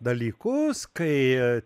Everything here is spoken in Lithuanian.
dalykus kai